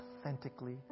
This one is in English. authentically